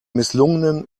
misslungenen